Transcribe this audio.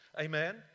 Amen